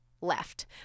left